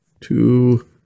two